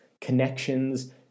connections